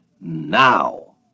now